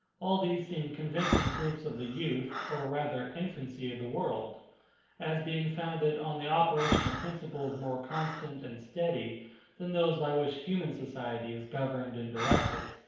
all these seem convincing proofs of the youth, or rather infancy, of the world as being founded on the operation of principles more constant and steady than those by which human society is governed and directed.